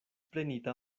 prenita